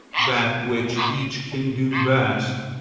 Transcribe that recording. that which each can do best,